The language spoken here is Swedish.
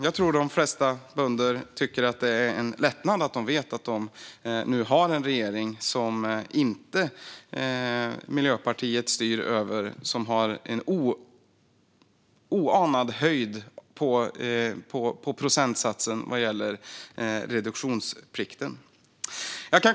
Jag tror att de flesta bönder känner sig lättade över att nu ha en regering som inte styrs av Miljöpartiet, som har en oanad höjd på procentsatsen vad gäller reduktionsplikten.